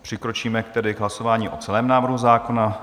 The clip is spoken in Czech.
Přikročíme tedy k hlasování o celém návrhu zákona.